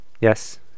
Yes